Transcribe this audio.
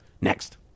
next